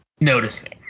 noticing